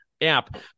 app